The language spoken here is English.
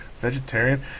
Vegetarian